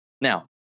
Now